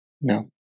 No